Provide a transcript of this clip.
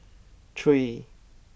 three